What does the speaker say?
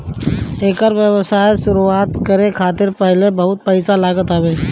एकर व्यवसाय के शुरुआत करे खातिर पहिले बहुते पईसा लागत हवे